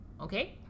okay